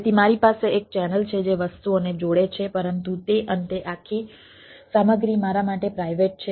તેથી મારી પાસે એક ચેનલ છે જે વસ્તુઓને જોડે છે પરંતુ તે અંતે આખી સામગ્રી મારા માટે પ્રાઇવેટ છે